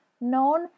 known